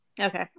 Okay